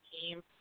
team